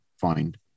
find